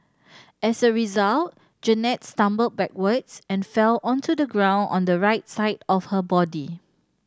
as a result Jeannette stumbled backwards and fell onto the ground on the right side of her body